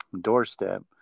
doorstep